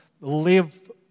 live